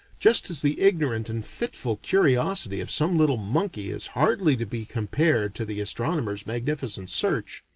just as the ignorant and fitful curiosity of some little monkey is hardly to be compared to the astronomer's magnificent search,